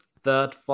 third